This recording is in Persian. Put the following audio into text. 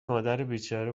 مادربیچاره